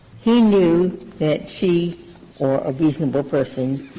he knew that she or a reasonable person